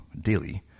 daily